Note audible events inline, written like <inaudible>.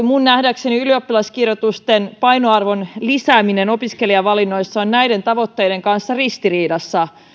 <unintelligible> minun nähdäkseni ylioppilaskirjoitusten painoarvon lisääminen opiskelijavalinnoissa on näiden tavoitteiden kanssa ristiriidassa